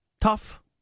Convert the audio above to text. Tough